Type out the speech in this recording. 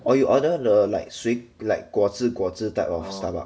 or you order the like 水 like 果子果子 type of Starbucks